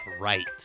right